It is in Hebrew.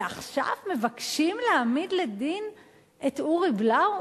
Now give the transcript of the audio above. ועכשיו מבקשים להעמיד לדין את אורי בלאו?